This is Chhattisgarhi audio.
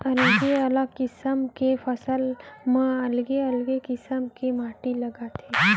अलगे अलग किसम के फसल म अलगे अलगे किसम के माटी लागथे